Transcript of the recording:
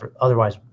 otherwise